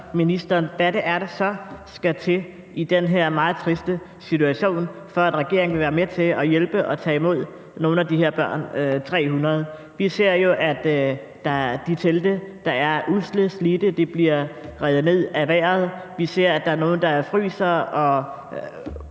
hvad det så er, der skal til i den her meget triste situation, for at regeringen vil være med til at hjælpe og tage imod nogle af de her 300 børn. Vi ser jo, at de usle og slidte telte bliver revet væk af vejret. Vi ser, at der er nogle, der fryser, og